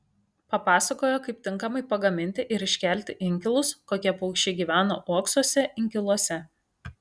papasakojo kaip tinkamai pagaminti ir iškelti inkilus kokie paukščiai gyvena uoksuose inkiluose